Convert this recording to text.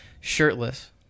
shirtless